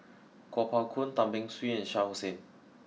Kuo Pao Kun Tan Beng Swee and Shah Hussain